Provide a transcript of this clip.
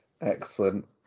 excellent